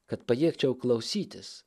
kad pajėgčiau klausytis